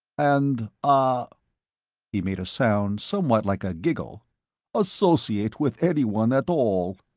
and, ah he made a sound somewhat like a giggle associate with anyone at all.